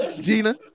Gina